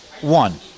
One